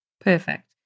Perfect